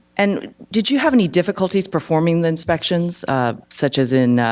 and did you have any difficulties performing the inspections such as in